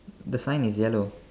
the sign is yellow